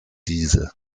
diese